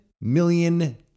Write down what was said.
million